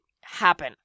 happen